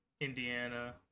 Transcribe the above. Indiana